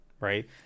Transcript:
right